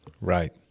Right